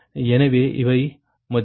எனவே இவை மதிப்புகள்